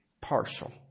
partial